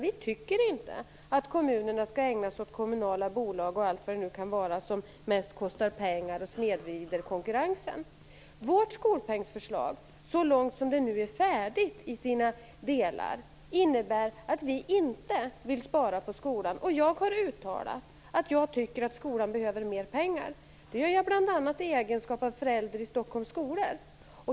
Vi tycker inte att kommunerna skall ägna sig åt kommunala bolag och allt vad det kan vara, som mest kostar pengar och snedvrider konkurrensen. Vårt skolpengsförslag, så långt det i sina delar nu är färdigt, innebär att vi inte vill spara på skolan. Jag har uttalat att jag tycker att skolan behöver mer pengar. Det gör jag bl.a. i egenskap av förälder i Stockholms skolor.